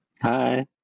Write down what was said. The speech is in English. Hi